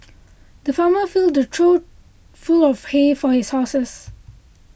the farmer filled a trough full of hay for his horses